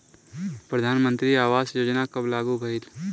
प्रधानमंत्री आवास योजना कब लागू भइल?